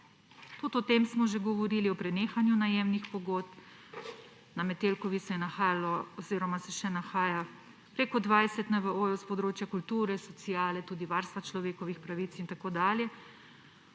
Tudi o tem smo že govorili, o prenehanju najemnih pogodb, na Metelkovi se je nahajalo oziroma se še nahaja več kot 20 NVO-jev s področja kulture, sociale, tudi varstva človekovih pravic in tako dalje.